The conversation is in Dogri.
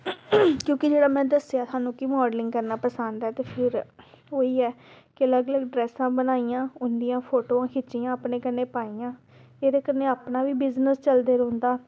क्योंकि जि'यां में कि दस्सेआ हा मिगी माडलिंग करना पसंद ऐ ते फिर ओह् ई ऐ कि अलग अलग ड्रैसां बनाइयां उंदियां फोटो खिच्चिआं अपने कन्नै पाइयां एह्दे कन्नै अपना बी बिज़नेस चलदे रौंह्दा